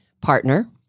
partner